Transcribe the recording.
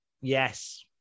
Yes